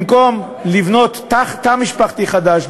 במקום לבנות תא משפחתי חדש,